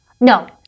No